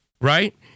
right